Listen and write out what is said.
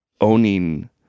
owning